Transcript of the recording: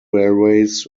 railways